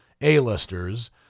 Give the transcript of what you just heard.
A-listers